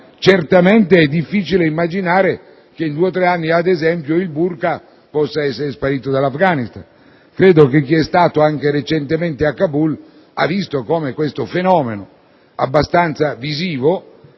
Certamente, è difficile immaginare che in due o tre anni il *burqa* possa sparire dall'Afghanistan: credo che chi è stato anche recentemente a Kabul abbia visto come questo fenomeno, abbastanza visibile,